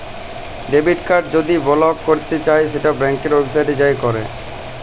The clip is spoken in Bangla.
ডেবিট কাড় যদি বলক ক্যরতে চাই সেট ব্যাংকের ওয়েবসাইটে যাঁয়ে ক্যর